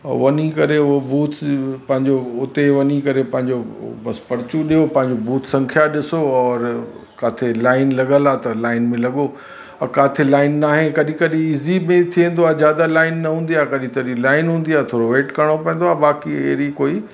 वञी करे उहो बूत पंहिंजो उते वञी करे पंहिंजो बसि पर्चियूं ॾियो पंहिंजो बूत संख्या ॾिसो और काथे लाइन लॻियल आहे त लाइन में लॻो और काथे लाइन न आहे कॾहिं कॾहिं इज़ी बि थी वेंदो आहे ज्यादा लाइन न हूंदी आहे कॾहिं तॾहिं लाइन हूंदी आहे थोरो वेट करिणो पवंदो आहे बाक़ी अहिड़ी कोई